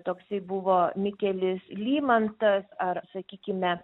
toksai buvo mikelis lymantas ar sakykime